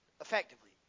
effectively